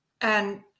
and-